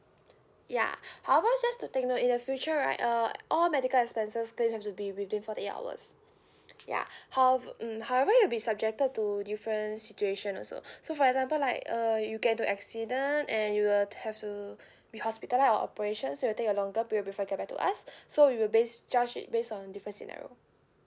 ya however just to take note in the future right uh all medical expenses claims have to be within forty eight hours ya howe~ mm however it'll be subjected to different situation also so for example like uh you get to accident and you will have to be hospitalised or operation so you will take a longer period before you get back to us so we will base judge it based on different scenario